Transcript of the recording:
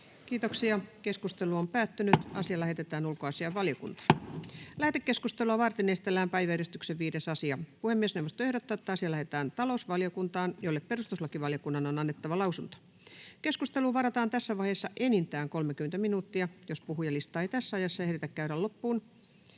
annetun lain muuttamisesta Time: N/A Content: Lähetekeskustelua varten esitellään päiväjärjestyksen 5. asia. Puhemiesneuvosto ehdottaa, että asia lähetetään talousvaliokuntaan, jolle perustuslakivaliokunnan on annettava lausunto. Keskusteluun varataan tässä vaiheessa enintään 30 minuuttia. Jos puhujalistaa ei tässä ajassa ehditä käydä loppuun,